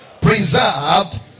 preserved